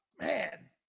man